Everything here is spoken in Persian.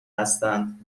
هستند